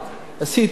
עשיתי את זה.